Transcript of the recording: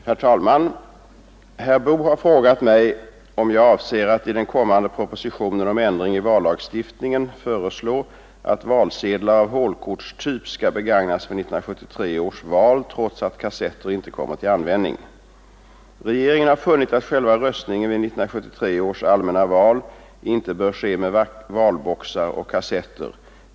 Herr talman! Herr Boo har frågat mig om jag avser att i den kommande propositionen om ändring i vallagstiftningen föreslå, att valsedlar av hålkortstyp skall begagnas vid 1973 års val trots att kassetter inte kommer till användning. Regeringen har funnit att själva röstningen vid 1973 års allmänna val inte bör ske med valboxar och kassetter.